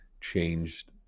changed